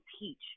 teach